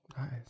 Nice